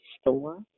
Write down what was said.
store